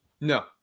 No